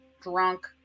drunk